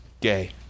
gay